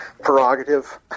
prerogative